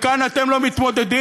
כאן אתם לא מתמודדים.